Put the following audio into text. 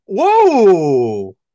Whoa